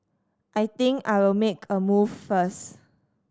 I think I will make a move first